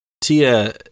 Tia